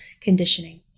conditioning